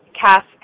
Cass